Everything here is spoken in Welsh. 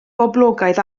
boblogaidd